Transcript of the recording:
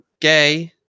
Gay